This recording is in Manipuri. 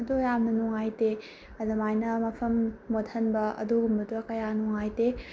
ꯑꯗꯣ ꯌꯥꯝꯅ ꯅꯨꯡꯉꯥꯏꯇꯦ ꯑꯗꯨꯃꯥꯏꯅ ꯃꯐꯝ ꯃꯣꯠꯍꯟꯕ ꯑꯗꯨꯒꯨꯝꯕꯗꯣ ꯀꯌꯥ ꯅꯨꯡꯉꯥꯏꯇꯦ